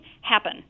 happen